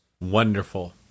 Wonderful